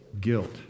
Guilt